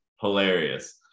hilarious